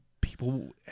People